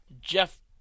Jeff